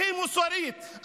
הכי מוסרית,